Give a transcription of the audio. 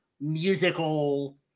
musical